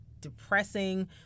depressing